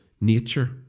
nature